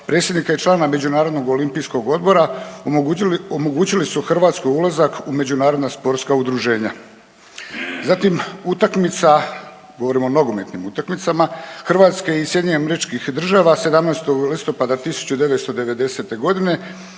predsjednika i člana Međunarodnog olimpijskog odbora omogućili su Hrvatskoj ulazak u međunarodna sportska udruženja. Zatim utakmica, govorim o nogometnim utakmicama Hrvatske i SAD-a 17. listopada 1990. godine